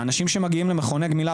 אנשים שמגיעים למכוני גמילה,